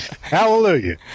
Hallelujah